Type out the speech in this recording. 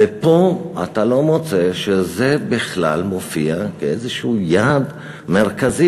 ופה אתה לא מוצא שזה בכלל מופיע כאיזשהו יעד מרכזי,